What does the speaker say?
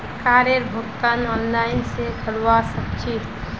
कारेर भुगतान ऑनलाइन स करवा सक छी